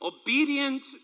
Obedient